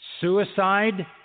suicide